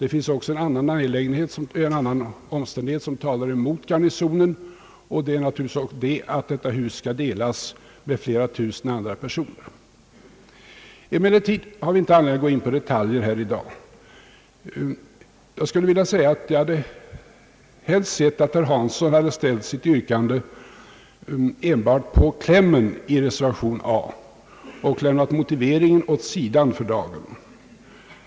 En annan omständighet som talar mot Garnisonen är naturligtvis att detta hus skall delas med flera tusen andra personer. Emellertid har vi inte anledning att gå in på detaljer här i dag. Jag hade helst sett att herr Hansson hade ställt sitt yrkande enbart på klämmen i reservationen under A och lämnat motiveringen åt sidan för dagen.